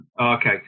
okay